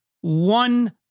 one